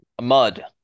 Mud